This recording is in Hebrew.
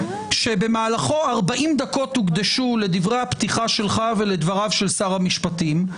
כשבמהלכו 40 דקות הוקדשו לדברי הפתיחה שלך ולדבריו של שר המשפטים,